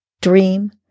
dream